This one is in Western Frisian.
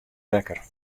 wekker